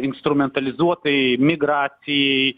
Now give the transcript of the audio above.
instrumentalizuotai migracijai